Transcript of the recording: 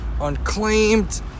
unclaimed